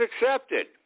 accepted